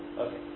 Okay